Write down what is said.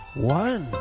one!